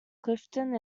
clifton